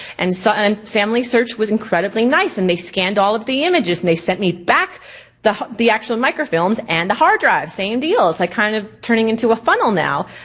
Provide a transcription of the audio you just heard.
and so and familysearch was incredibly nice and they scanned all of the images and they sent me back the the actual microfilms and the hard drive. same deal, it's like kind of turning into a funnel now.